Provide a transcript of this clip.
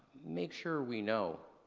make sure we know